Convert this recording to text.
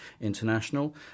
international